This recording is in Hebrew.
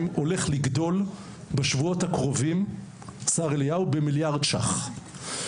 הולך לגדול בשבועות הקרובים במיליארד שקלים.